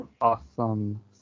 awesome